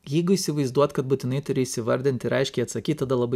jeigu įsivaizduot kad būtinai turi įsivardint ir aiškiai atsakyt tada labai